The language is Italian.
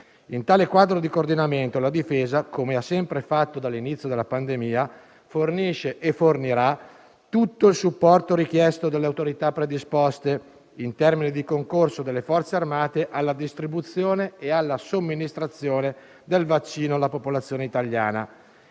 In tale quadro di coordinamento, la Difesa - come ha sempre fatto dall'inizio della pandemia - fornisce e fornirà tutto il supporto richiesto dalle autorità predisposte in termini di concorso delle Forze armate alla distribuzione e alla somministrazione del vaccino alla popolazione italiana.